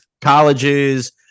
colleges